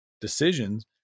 decisions